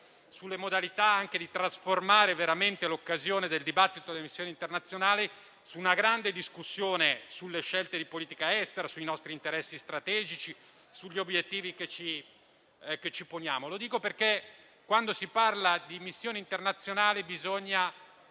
sulle modalità anche di trasformare veramente l'occasione del dibattito sulle missioni internazionali in una grande discussione sulle scelte di politica estera, sui nostri interessi strategici, sugli obiettivi che ci poniamo. Lo dico perché quando si parla di missioni internazionali bisogna